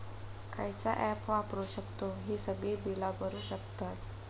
खयचा ऍप वापरू शकतू ही सगळी बीला भरु शकतय?